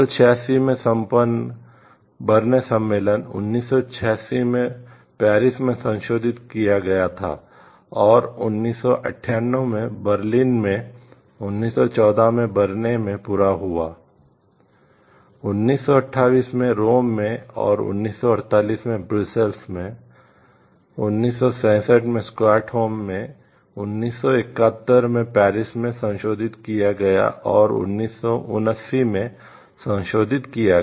1886 में संपन्न बर्न सम्मेलन 1896 में पेरिस में संशोधित किया गया था और 1998 में बर्लिन में 1914 में बर्न में पूरा हुआ 1928 में रोम में और 1948 में ब्रुसेल्स 1967 में स्टॉकहोम में 1971 में पेरिस में संशोधित किया गया और 1979 में संशोधित किया गया